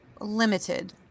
limited